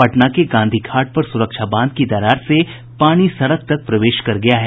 पटना के गांधी घाट पर सुरक्षा बांध की दरार से पानी सड़क तक प्रवेश कर गया है